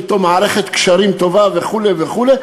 שאתו יש לו מערכת קשרים טובה וכו' וכו',